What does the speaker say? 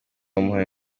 bamuha